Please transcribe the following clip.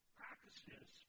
practices